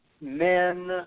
men